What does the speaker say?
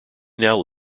now